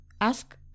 Ask